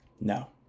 No